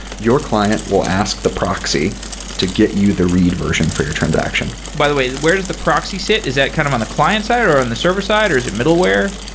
your client will ask the proxy to get you the read version for your transaction. by the way, where does the proxy sit? is that kind of on the client side, or on and the server side, or is it middleware?